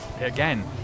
again